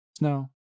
No